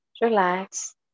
Relax